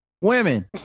Women